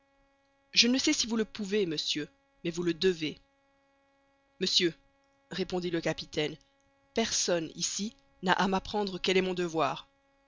je ne sais si vous le pouvez monsieur mais vous le devez monsieur répondit le capitaine personne ici n'a à m'apprendre quel est mon devoir